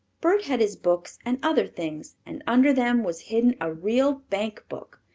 bert had his books and other things, and under them was hidden a real bank book,